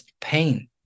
pain